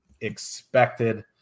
expected